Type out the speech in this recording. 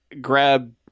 grab